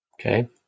Okay